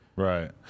Right